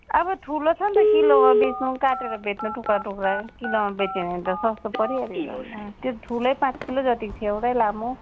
अब ठुलो छ नि त किलोमा बेच्नु काटेर बेच्नु बेच्नु टुक्रा टुक्रा गरेर किलोमा बेच्यो भने त सस्तो परिहाल्यो नि त अन्त त्यो ठुलै पाँच किलो जतिको थियो एउटै लामो